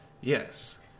Yes